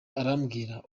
arambwira